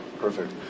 Perfect